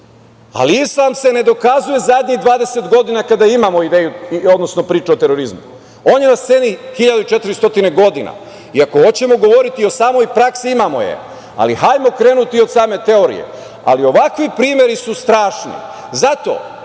ali islam se ne dokazuje zadnjih 20 godina kada imamo priču o terorizmu. On je na sceni 1.400 godina i ako ćemo govoriti o samoj praksi, imamo je. Ali, hajmo krenuti od same teorije. Ovakvi primeri su strašni. Ono